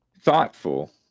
thoughtful